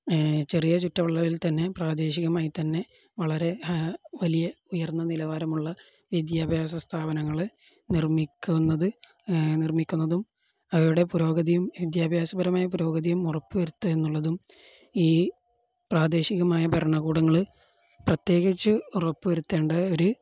ഏ ചെറിയ ചുറ്റളവിൽത്തന്നെ പ്രാദേശികമായിത്തന്നെ വളരെ വലിയ ഉയർന്ന നിലവാരമുള്ള വിദ്യാഭ്യാസ സ്ഥാപനങ്ങള് നിർമ്മിക്കുന്നത് നിർമ്മിക്കുന്നതും അവയുടെ പുരോഗതിയും വിദ്യാഭ്യാസപരമായ പുരോഗതിയും ഉറപ്പു വരുത്തുക എന്നുള്ളതും ഈ പ്രാദേശികമായ ഭരണകൂടങ്ങള് പ്രത്യേകിച്ച് ഉറപ്പു വരുത്തേണ്ട ഒരു